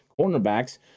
cornerbacks